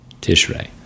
Tishrei